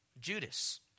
Judas